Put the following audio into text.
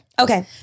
Okay